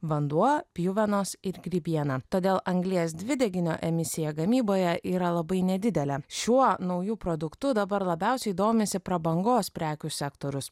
vanduo pjuvenos ir grybiena todėl anglies dvideginio emisija gamyboje yra labai nedidelė šiuo nauju produktu dabar labiausiai domisi prabangos prekių sektorius